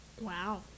Wow